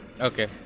Okay